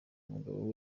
umugabo